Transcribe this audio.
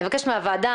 אני מבקשת מהוועדה,